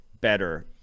better